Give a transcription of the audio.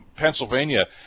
Pennsylvania